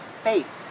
faith